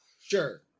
Sure